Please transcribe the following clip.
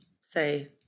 say